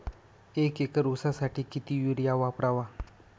एक एकर ऊसासाठी किती युरिया वापरावा?